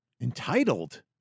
Entitled